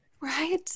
right